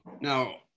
now